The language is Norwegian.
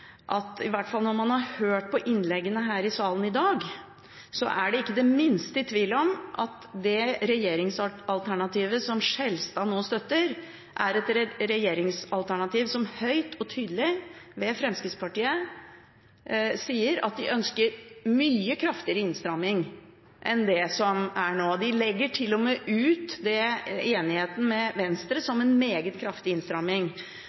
– i hvert fall når man har hørt på innleggene her i salen i dag – ikke er den minste tvil om at det regjeringsalternativet som Skjelstad nå støtter, er et regjeringsalternativ som høyt og tydelig, med Fremskrittspartiet, sier at de ønsker en mye kraftigere innstramming enn det som er nå. De legger til og med ut enigheten med Venstre som en meget kraftig innstramming,